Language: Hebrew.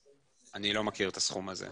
אני לא מכיר את הסכום הזה.